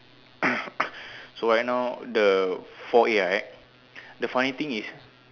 so right now the four a right the funny thing is